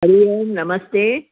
हरिः ओं नमस्ते